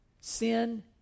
Sin